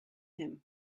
him